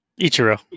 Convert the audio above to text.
Ichiro